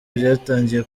byatangiye